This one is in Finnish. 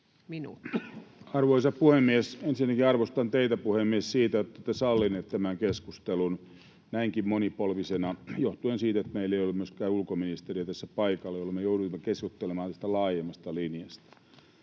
Arvoisa puhemies! Ensinnäkin arvostan teitä, puhemies, siitä, että olette sallinut tämän keskustelun näinkin monipolvisena, johtuen siitä, että meillä ei ole myöskään ulkoministeriä tässä paikalla, jolloin me joudumme keskustelemaan tästä laajemmasta linjasta.